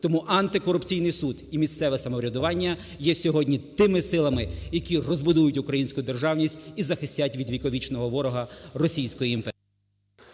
Тому Антикорупційний суд і місцеве самоврядування є сьогодні тими силами, які розбудують українську державність, і захистять від віковічного ворога, російської імперії.